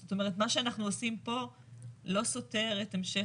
זאת אומרת מה שאנחנו עושים פה לא סותר את המשך